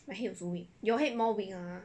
my head also weak your head more weak lah